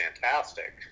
fantastic